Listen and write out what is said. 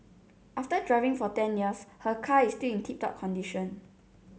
after driving for ten years her car is still in tip top condition